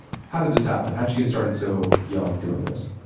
how did this happen? how did you get started so young at doing this?